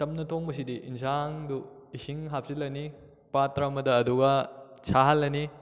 ꯆꯝꯅ ꯊꯣꯡꯕꯁꯤꯗꯤ ꯏꯟꯁꯥꯡꯗꯨ ꯏꯁꯤꯡ ꯍꯥꯞꯆꯤꯜꯂꯅꯤ ꯄꯥꯇ꯭ꯔ ꯑꯃꯗ ꯑꯗꯨꯒ ꯁꯥꯍꯜꯂꯅꯤ